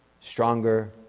stronger